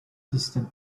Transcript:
distant